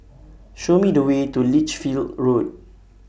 Show Me The Way to Lichfield Road